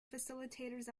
facilitators